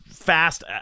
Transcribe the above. Fast